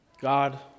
God